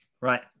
Right